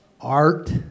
art